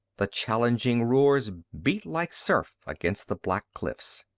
the challenging roars beat like surf against the black cliffs.